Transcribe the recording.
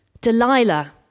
Delilah